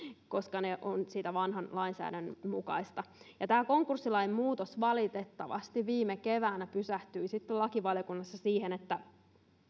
koska ne ovat sen vanhan lainsäädännön mukaisia tämä konkurssilain muutos valitettavasti viime keväänä pysähtyi sitten lakivaliokunnassa siihen että